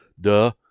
Duh